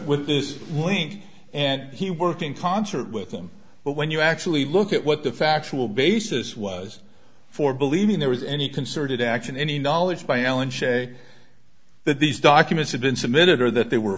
with this link and he work in concert with them but when you actually look at what the factual basis was for believing there was any concerted action any knowledge by alan shea that these documents had been submitted or that they were